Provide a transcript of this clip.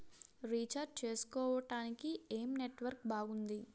Recharge చేసుకోవటానికి ఏం network బాగుంది?